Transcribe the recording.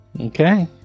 Okay